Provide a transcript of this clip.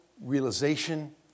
realization